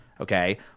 Okay